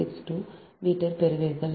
162 metre பெறுவீர்கள்